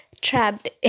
trapped